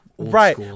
right